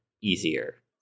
easier